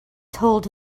told